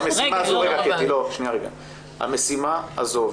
המשימה הזו,